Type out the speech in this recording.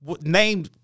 Name